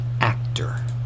actor